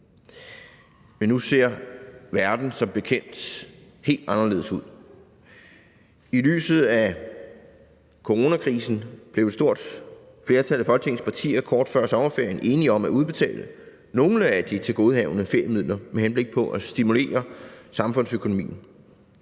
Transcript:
Men nu ser verden som bekendt helt anderledes ud. I lyset af coronakrisen blev et stort flertal af Folketingets partier kort før sommerferien enige om at udbetale nogle af de tilgodehavende feriemidler med henblik på at stimulere samfundsøkonomien.